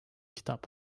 kitap